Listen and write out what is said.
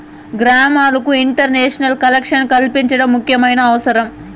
గ్రామాలకు internet collection కల్పించడం ముఖ్యమైన అవసరం